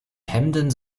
hemden